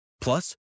Plus